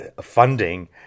funding